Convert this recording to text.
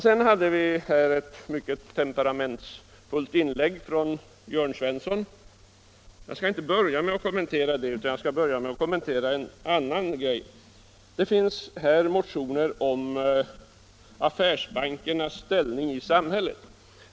Sedan hade vi ett mycket temperamentsfullt inlägg av herr Jörn Svensson. Innan jag kommenterar vad han sade skall jag beröra en annan sak. Det har väckts motioner om affärsbankernas ställning i samhället.